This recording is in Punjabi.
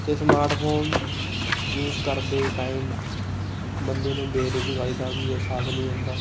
ਅਤੇ ਸਮਾਰਟਫੋਨ ਯੂਜ ਕਰਦੇ ਟਾਈਮ ਬੰਦੇ ਨੂੰ ਬੇਰੁਜ਼ਗਾਰੀ ਦਾ ਵੀ ਅਹਿਸਾਸ ਨਹੀਂ ਹੁੰਦਾ